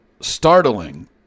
startling